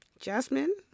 jasmine